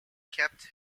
kept